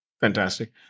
Fantastic